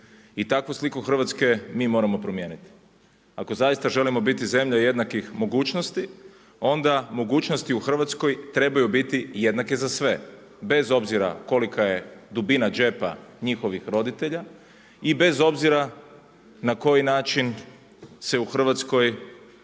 I takvu sliku Hrvatske mi moramo promijeniti. Ako zaista želimo biti zemlja jednakih mogućnosti onda mogućnosti u Hrvatskoj trebaju biti jednake za sve, bez obzira kolika je dubina džepa njihovih roditelja i bez obzira na koji način se u Hrvatskoj